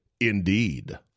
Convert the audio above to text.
Indeed